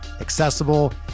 accessible